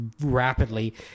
rapidly